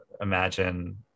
imagine